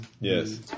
Yes